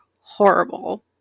horrible